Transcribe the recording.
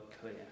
clear